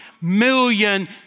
million